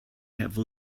have